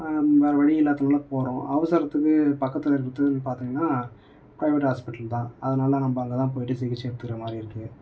வேறு வழி இல்லாததால் போகிறோம் அவசரத்துக்கு பக்கத்தில் இருக்கிறது பார்த்தீங்கன்னா ப்ரைவேட் ஹாஸ்பிட்டல் தான் அதனால் நம்ம அங்கே தான் போய்ட்டு சிகிச்சை எடுத்துக்கிற மாதிரி இருக்குது